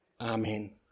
Amen